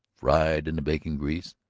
fried in the bacon-grease,